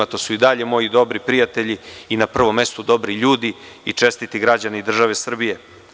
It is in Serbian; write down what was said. To su i dalje moji dobri prijatelji i na prvom mestu dobri ljudi i čestiti građani države Srbije.